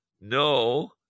No